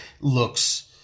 looks